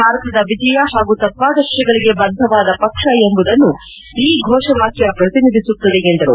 ಭಾರತದ ವಿಜಯ ಹಾಗೂ ತತ್ವಾದರ್ಶಗಳಿಗೆ ಬದ್ಧವಾದ ಪಕ್ಷ ಎಂಬುದನ್ನು ಈ ಘೋಷವಾಕ್ಯ ಪ್ರತಿನಿಧಿಸುತ್ತದೆ ಎಂದರು